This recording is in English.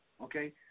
okay